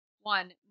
one